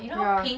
yeah